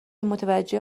متوجه